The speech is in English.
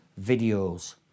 videos